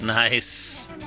Nice